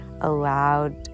allowed